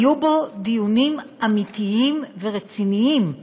היו בו דיונים אמיתיים ורציניים.